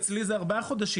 אצלי זה ארבעה חודשים.